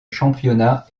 championnat